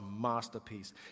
masterpiece